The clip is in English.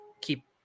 Keep